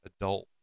adult